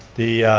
the